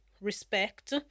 respect